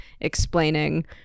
explaining